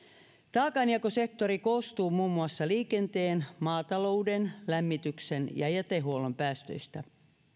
taakanjakosektori koostuu muun muassa liikenteen maatalouden lämmityksen ja jätehuollon päästöistä